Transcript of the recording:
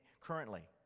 currently